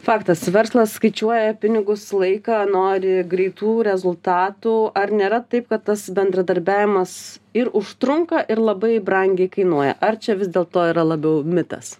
faktas verslas skaičiuoja pinigus laiką nori greitų rezultatų ar nėra taip kad tas bendradarbiavimas ir užtrunka ir labai brangiai kainuoja ar čia vis dėl to yra labiau mitas